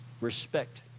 Respect